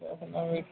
تو اپنا ایک